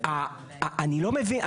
אני לא מבין.